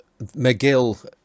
McGill